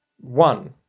one